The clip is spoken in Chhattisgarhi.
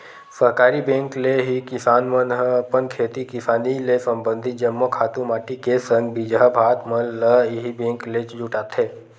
सहकारी बेंक ले ही किसान मन ह अपन खेती किसानी ले संबंधित जम्मो खातू माटी के संग बीजहा भात मन ल इही बेंक ले जुटाथे